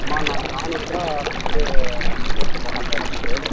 மா நாங்கள் நானூறுருபா அப்படின்ட்டு கொடுத்துட்ருக்கோம் மற்ற இடத்துக்கு